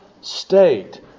state